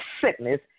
sickness